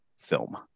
film